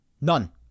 None